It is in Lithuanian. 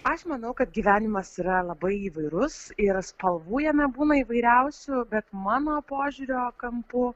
aš manau kad gyvenimas yra labai įvairus ir spalvų jame būna įvairiausių bet mano požiūrio kampu